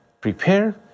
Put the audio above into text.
prepare